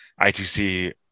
ITC